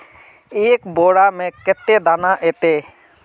एक बोड़ा में कते दाना ऐते?